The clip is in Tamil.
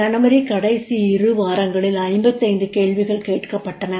ஜனவரி கடைசி இரு வாரங்களில் 55 கேள்விகள் கேட்கப்பட்டன